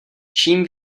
čím